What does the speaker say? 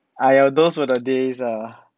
!aiya! those were the day ah